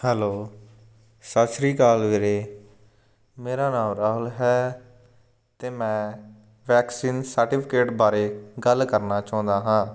hello ਸਤਿ ਸ੍ਰੀ ਅਕਾਲ ਵੀਰੇ ਮੇਰਾ ਨਾਮ ਰਾਹੁਲ ਹੈ ਅਤੇ ਮੈਂ ਵੈਕਸੀਨ ਸਰਟੀਫਿਕੇਟ ਬਾਰੇ ਗੱਲ ਕਰਨਾ ਚਾਹੁੰਦਾ ਹਾਂ